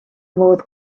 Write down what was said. modd